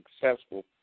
successful